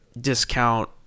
discount